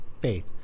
faith